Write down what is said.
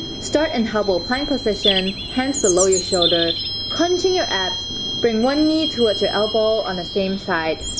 start and hubble plank position hence the low your shoulder punching your apps bring one knee to watch your elbow on the same side.